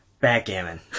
backgammon